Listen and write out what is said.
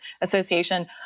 Association